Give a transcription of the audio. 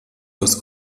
was